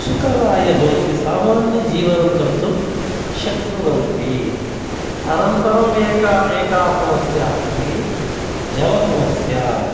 सुकराय भवति सामान्यजीवनं कर्तुं शक्नुवन्ति अनन्तरम् एका एका समस्या अस्ति जलसमस्या